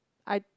I